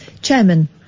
Chairman